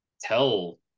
tell